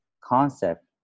concept